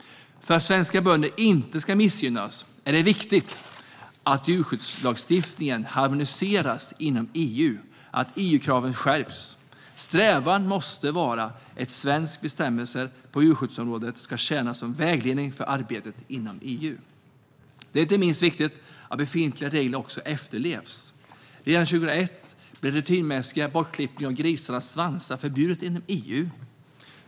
För att svenska bönder inte ska missgynnas är det viktigt att djurskyddslagstiftningen harmoniseras inom EU genom att EU-kraven skärps. Strävan måste vara att svenska bestämmelser på djurskyddsområdet ska tjäna som vägledning för arbetet inom EU. Det är inte minst viktigt att befintliga regler också efterlevs. Redan 2001 blev rutinmässig bortklippning av grisarnas svansar förbjuden inom EU.